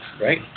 right